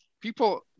People